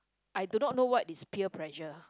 I do not know what is peer pressure